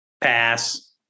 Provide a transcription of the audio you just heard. Pass